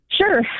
sure